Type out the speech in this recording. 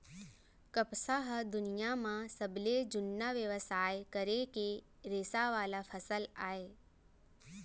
कपसा ह दुनियां म सबले जुन्ना बेवसाय करे के रेसा वाला फसल अय